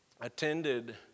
attended